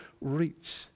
reach